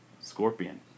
Scorpion